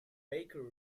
baker